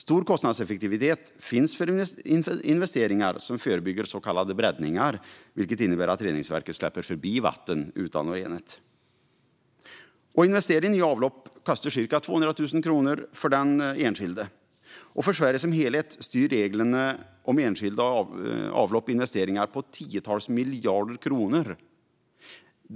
Stor kostnadseffektivitet finns för investeringar som förebygger så kallade bräddningar, vilket innebär att reningsverket släpper förbi vatten utan att rena det. Att investera i avlopp kostar ca 200 000 kronor för den enskilde. För Sverige som helhet styr reglerna om enskilda avlopp investeringar på tiotals miljarder kronor.